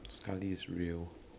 sekali it's real